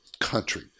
country